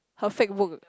her fake book